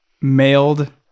mailed